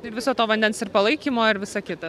ir viso to vandens ir palaikymo ir visa kita